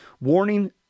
warning